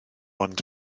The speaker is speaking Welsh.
ond